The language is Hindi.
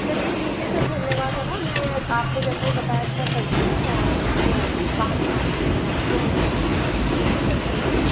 चलिए ठीक है सर धन्यवाद है ना मैं आपने जैसे ही बताया तो मैं करती हूँ और उस को बाहर घूमा के लेकर आती हूँ आज है ना ठीक है सर धन्यवाद